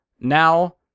now